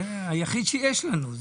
זה היחיד שיש לנו.